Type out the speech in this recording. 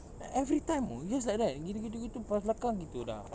every time oh just like that gitu gitu gitu pass belakang gitu dah